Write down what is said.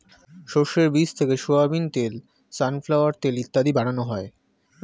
শস্যের বীজ থেকে সোয়াবিন তেল, সানফ্লাওয়ার তেল ইত্যাদি বানানো হয়